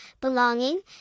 belonging